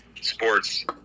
sports